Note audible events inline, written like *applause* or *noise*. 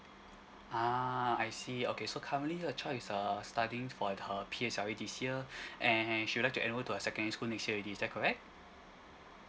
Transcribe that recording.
ah I see okay so currently your child is uh studying for her P_S_L_E this year *breath* and she'll like to enroll to a secondary school next year already is that correct